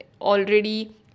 already